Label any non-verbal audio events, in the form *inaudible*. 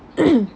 *coughs*